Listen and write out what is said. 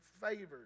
favors